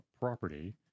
property